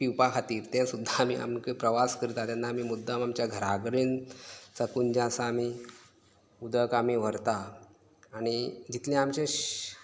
पिवपा खातीर तें सुद्दां आमी आमकां प्रवास करता तेन्ना आमी मुद्दाम आमच्या घरा कडेन साकून जें आसा आमी उदक आमी व्हरता आनी जितलें आमचें श